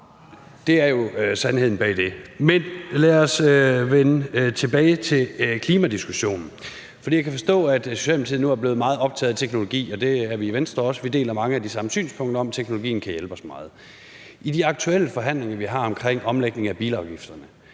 Det er jo sandheden bag det, men lad os vende tilbage til klimadiskussionen. Jeg kan forstå, at Socialdemokratiet nu er blevet meget optaget af teknologi, og det er vi også i Venstre. Vi deler mange af de samme synspunkter om, at teknologien kan hjælpe os meget. I de aktuelle forhandlinger, vi har omkring omlægning af bilafgifterne,